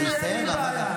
הוא יסיים ואחר כך את.